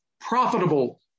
profitable